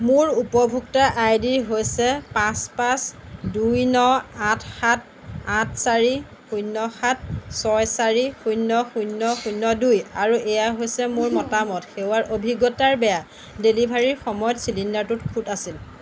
মোৰ উপভোক্তা আইডি হৈছে পাঁচ পাঁচ দুই ন আঠ সাত আঠ চাৰি শূন্য সাত ছয় চাৰি শূন্য শূন্য শূন্য দুই আৰু এয়া হৈছে মোৰ মতামত সেৱাৰ অভিজ্ঞতা বেয়া ডেলিভাৰীৰ সময়ত চিলিণ্ডাৰটোত খুঁত আছিল